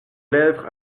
lèvres